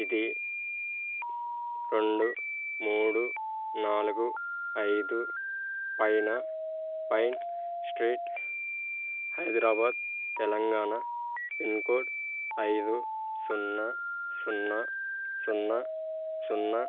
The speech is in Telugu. ఇది రెండు మూడు నాలుగు ఐదు Pine Street Hyderabad Telangana pin code ఐదు సున్నా సున్నా సున్నా సున్నా